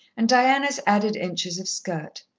and diana's added inches of skirt.